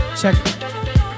Check